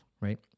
right